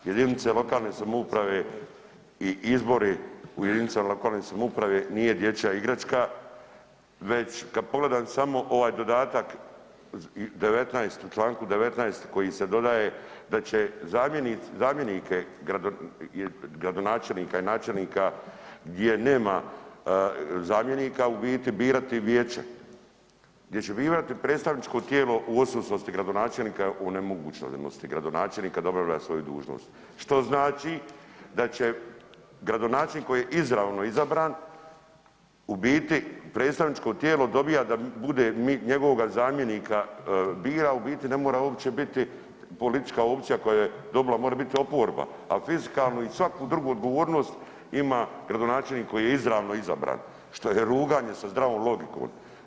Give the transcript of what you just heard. Jedinice lokalne samouprave i izbori u jedinicama lokalne samouprave nije dječja igračka, već kad pogledam samo ovaj dodatak u čl. 19. koji se dodaje da će zamjenike gradonačelnika i načelnika gdje nema zamjenika u biti birati vijeće gdje će birati predstavničko tijelo u odsutnosti gradonačelnika onemogućenosti gradonačelnika da obavlja svoju dužnost, što znači da će gradonačelnik koji je izravno izabran u biti predstavničko tijelo dobija da bude njegovoga zamjenika bira, a u biti ne mora uopće biti politička opcija koja je dobila, more biti oporba, ali … i svaku drugu odgovornost ima gradonačelnik koji je izravno izabran što je ruganje sa zdravom logikom.